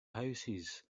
houses